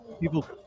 people